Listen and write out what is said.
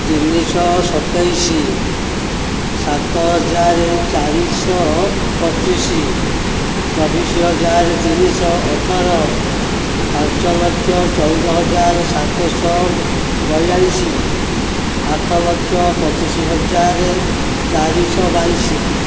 ତିନିଶହ ସତେଇଶ ସାତ ହଜାର ଚାରିଶହ ପଚିଶ ଚବିଶ ହଜାର ତିନିଶହ ଅଠର ପାଞ୍ଚ ଲକ୍ଷ ଚଉଦ ହଜାର ସାତଶହ ବୟାଳିଶ ଆଠ ଲକ୍ଷ ପଚିଶ ହଜାର ଚାରିଶହ ବାଇଶ